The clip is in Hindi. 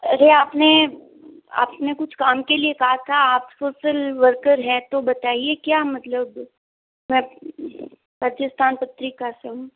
अरे आपने आपने कुछ काम के लिये कहा था आप सोशल वर्कर हैं तो बताइये क्या मतलब राज राजस्थान पत्रिका से हूँ